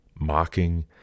mocking